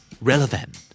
Relevant